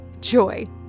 joy